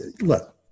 look